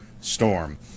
storm